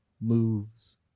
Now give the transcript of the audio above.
moves